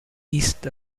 east